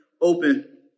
open